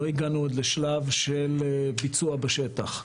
לא הגענו עוד לשלב של ביצוע בשטח.